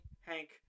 Hank